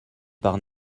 par